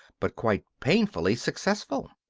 but quite painfully successful.